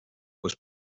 kus